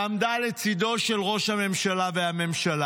בג"ץ 8910/22, ועמדה לצידו של ראש הממשלה והממשלה,